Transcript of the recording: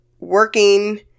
working